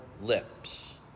lips